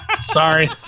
Sorry